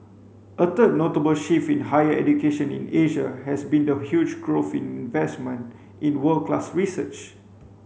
a third notable shift in higher education in Asia has been the huge growth in investment in world class research